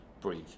breathe